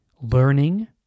learning